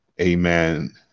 amen